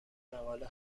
مقاله